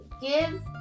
give